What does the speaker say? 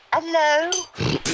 hello